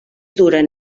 duren